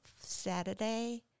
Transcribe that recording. saturday